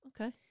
okay